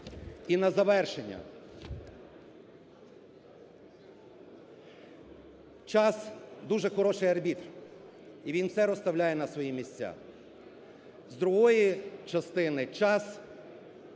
І на завершення. Час дуже – хороший арбітр і він все розставляє на свої місця. З другої частини, час